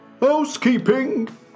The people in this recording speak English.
housekeeping